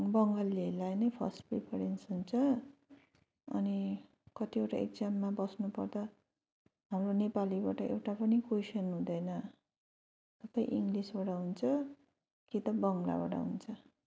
बङ्गालीहरूलाई नै first preference हुन्छ अनि कतिवटा इक्जाममा बस्नु पर्दा हाम्रो नेपालीबाट एउटा पनि क्वेसन हुँदैन सबै इङ्ग्लिसबाट हुन्छ कि त बङ्गलाबाट हुन्छ